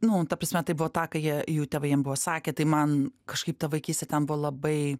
nu ta prasme tai buvo tą ką jie jų tėvai jiem buvo sakę tai man kažkaip ta vaikystė ten buvo labai